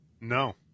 No